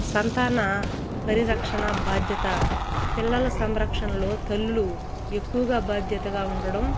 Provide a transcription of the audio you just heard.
సంతాన పరిరక్షణ బాధ్యత పిల్లల సంరక్షణలో తల్లులు ఎక్కువగా బాధ్యతగా ఉండడం